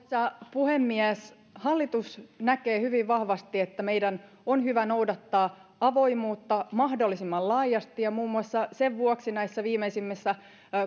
puhemies hallitus näkee hyvin vahvasti että meidän on hyvä noudattaa avoimuutta mahdollisimman laajasti ja muun muassa sen vuoksi näissä viimeisimmissä